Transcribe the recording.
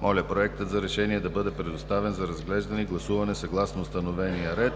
Моля, Проектът за решение да бъде предоставен за разглеждане и гласуване съгласно установения ред.